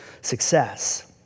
success